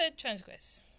transgress